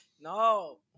No